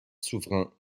souverain